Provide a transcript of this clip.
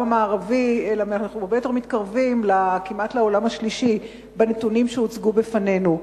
ואנחנו הרבה יותר מתקרבים לעולם השלישי עם הנתונים שהוצגו בפנינו.